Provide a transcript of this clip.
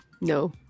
No